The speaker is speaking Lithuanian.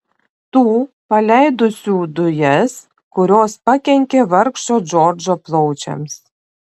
tų paleidusių dujas kurios pakenkė vargšo džordžo plaučiams